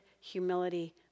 humility